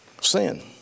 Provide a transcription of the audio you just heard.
sin